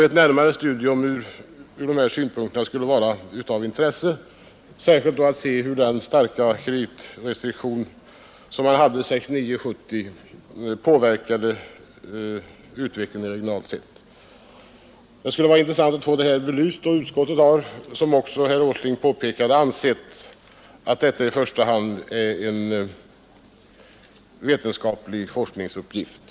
Ett närmare studium från dessa synpunkter skulle vara av intresse; särskilt intressant skulle det vara att se hur den starka kreditrestriktionen 1969-1970 påverkade utvecklingen regionalt sett. Utskottet har, som herr Åsling påpekade, ansett att detta i första hand är en vetenskaplig forskningsuppgift.